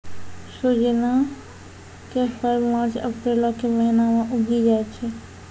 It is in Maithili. सोजिना के फर मार्च अप्रीलो के महिना मे उगि जाय छै